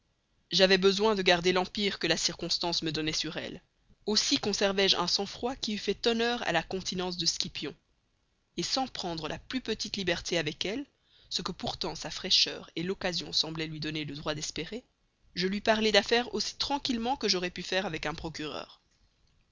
j'avais besoin de garder l'empire que la circonstance me donnait sur elle je conservai un sang-froid qui eût fait honneur à la continence de scipion sans prendre la plus petite liberté avec elle ce que pourtant sa fraîcheur l'occasion semblaient lui donner le droit d'espérer je lui parlai d'affaires aussi tranquillement que j'aurais pu faire avec un procureur